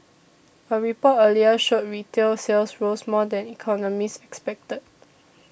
a report earlier showed retail sales rose more than economists expected